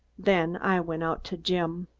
then i went out to jim.